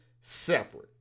separate